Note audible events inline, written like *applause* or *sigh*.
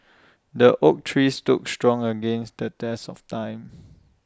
*noise* the oak tree stood strong against the test of time